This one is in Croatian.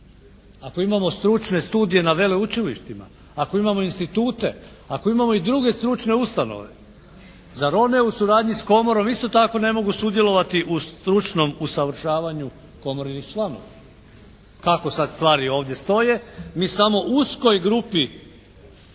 Ako imamo stručne studije na veleučilištima, ako imamo institute, ako imamo i druge stručne ustanove, zar one u suradnji s komorom isto tako ne mogu sudjelovati u stručnom usavršavanju komorinih članova. Kako sada stvari ovdje stoje mi samo uskoj grupi